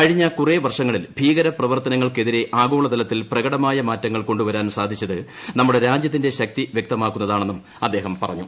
കഴിഞ്ഞ കുറേ വർഷങ്ങളിൽ ഭീകരപ്രവർത്തനങ്ങൾക്കെതിരെ ആഗോളതലത്തിൽ പ്രകടമായ മാറ്റങ്ങൾ കൊണ്ടുവരാൻ സാധിച്ചത് നമ്മുടെ രാജ്യത്തിന്റെ ശക്തി വൃക്തമാക്കുന്നതാണെന്നും അദ്ദേഹം പറഞ്ഞു